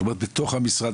זאת אומרת בתוך המשרד,